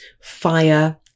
fire